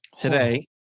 today